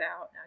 out